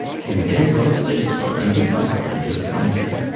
you may well say so. then this is what he has come to!